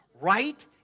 right